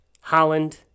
Holland